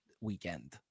weekend